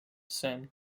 sen